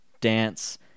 dance